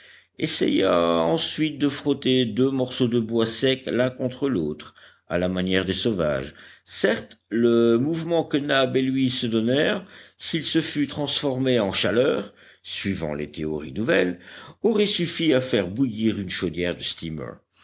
essaya ensuite de frotter deux morceaux de bois sec l'un contre l'autre à la manière des sauvages certes le mouvement que nab et lui se donnèrent s'il se fût transformé en chaleur suivant les théories nouvelles aurait suffi à faire bouillir une chaudière de steamer